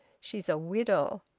she's a widow.